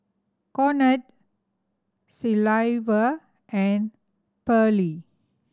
Conard Silvia and Pearle